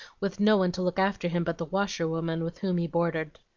with no one to look after him but the washerwoman with whom he boarded.